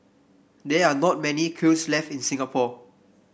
there are not many kilns left in Singapore